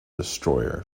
destroyer